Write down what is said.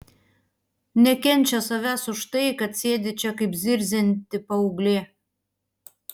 nekenčia savęs už tai kad sėdi čia kaip zirzianti paauglė